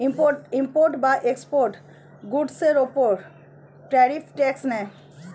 imported বা exported গুডসের উপর ট্যারিফ ট্যাক্স নেয়